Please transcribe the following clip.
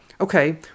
okay